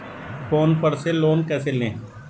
Phone पर से loan कैसे लें?